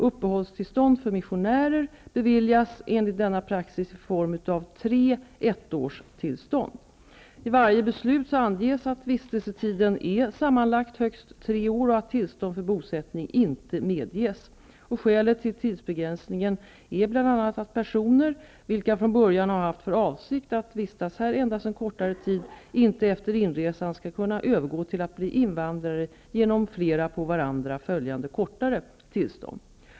Uppehållstillstånd för missionärer beviljas enligt denna praxis i form av tre ettårstillstånd. I varje beslut anges att vistel setiden är sammanlagt högst tre år och att tillstånd för bosättning inte med ges. Skälet till tidsbegränsningen är bl.a. att personer, vilka från början har haft för avsikt att vistas här endast viss kortare tid, inte efter inresan skall kunna övergå till att bli invandrare genom flera på varandra följande kortare tillstånd.